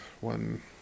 one